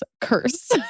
Curse